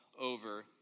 over